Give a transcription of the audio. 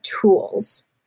tools